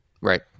Right